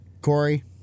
Corey